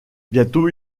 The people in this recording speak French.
bientôt